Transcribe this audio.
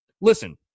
listen